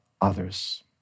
others